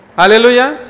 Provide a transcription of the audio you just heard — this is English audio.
Hallelujah